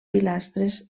pilastres